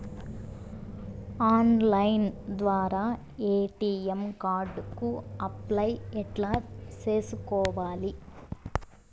Online ద్వారా ATM card కు apply ఎట్లా సేసుకోవాలి?